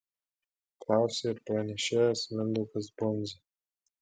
klausė ir pranešėjas mindaugas bundza